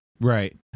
Right